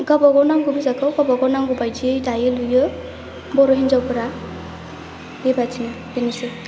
गावबा गाव नांगौ बेसादखौ गावबा गाव नांगौ बायदियै दायो लुयो बर' हिनजावफोरा बेनोसै